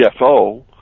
CFO